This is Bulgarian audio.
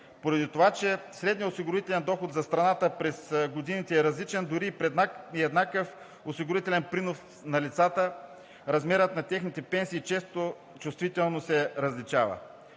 Поради това, че средният осигурителен доход за страната през годините е различен, дори и при еднакъв осигурителен принос на лицата, размерът на техните пенсии чувствително се различава.